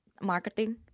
marketing